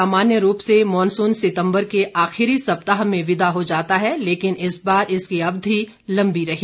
सामान्य रूप से मॉनसून सितम्बर के आखिरी सप्ताह में विदा हो जाता है लेकिन इस बार इसकी अवधि लम्बी रही